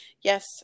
yes